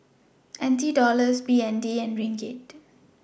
NT Dollars BND and Ringgit